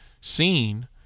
seen